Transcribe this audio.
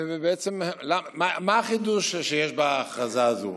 ובעצם, מה החידוש שיש בהכרזה הזאת?